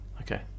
Okay